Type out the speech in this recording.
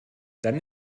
dann